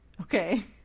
Okay